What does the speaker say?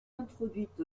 introduite